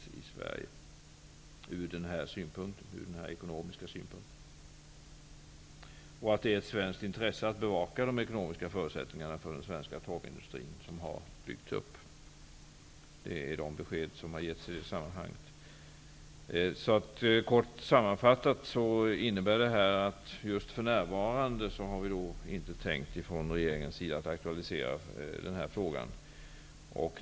Det har då också framhållits att det är ett svenskt intresse att bevaka de ekonomiska förutsättningarna för den svenska torvindustri som har byggts upp. Det är de besked som har getts i det sammanhanget. Kort sammanfattat innebär detta att vi för närvarande inte från regeringens sida har tänkt aktualisera denna fråga.